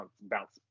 bounce